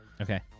Okay